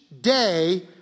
day